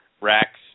racks